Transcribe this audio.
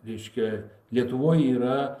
reiškia lietuvoj yra